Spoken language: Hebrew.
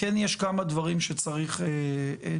כן יש כמה דברים שצריך לומר.